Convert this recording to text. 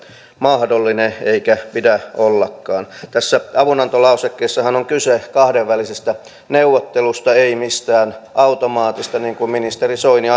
mahdollinen eikä pidä ollakaan tässä avunantolausekkeessahan on kyse kahdenvälisestä neuvottelusta ei mistään automaatista niin kuin ministeri soini